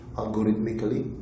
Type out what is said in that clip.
algorithmically